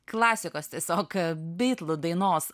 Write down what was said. klasikos tiesiog bitlų dainos